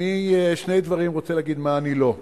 שני דברים אני רוצה להגיד, מה אני לא.